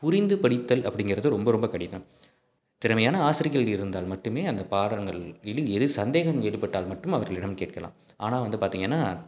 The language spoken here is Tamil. புரிந்து படித்தல் அப்படிங்கிறது ரொம்ப ரொம்ப கடினம் திறமையான ஆசிரியகள் இருந்தால் மட்டுமே அந்த பாடங்கள்ளில் ஏதும் சந்தேகம் ஏற்பட்டால் மட்டும் அவர்களிடம் கேட்கலாம் ஆனால் வந்து பார்த்தீங்கன்னா